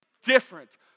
different